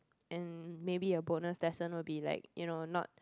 and maybe a bonus lesson will be like you know not